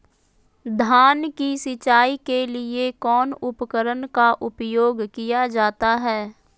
धान की सिंचाई के लिए कौन उपकरण का उपयोग किया जाता है?